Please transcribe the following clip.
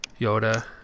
Yoda